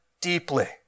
deeply